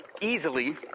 easily